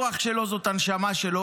לו הכנסות באמת משמעותיות.